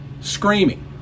screaming